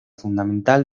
fundamental